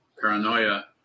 paranoia